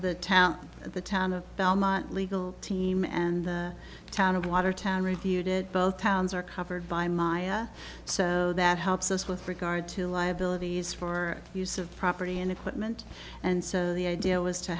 the town the town of belmont legal team and the town of watertown refuted both towns are covered by my so that helps us with regard to liabilities for use of property and equipment and so the idea was to